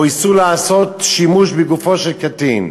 או איסור לעשות שימוש בגופו של קטין.